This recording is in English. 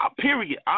Period